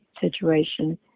situation